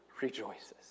rejoices